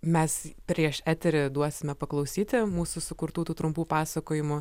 mes prieš eterį duosime paklausyti mūsų sukurtų tų trumpų pasakojimų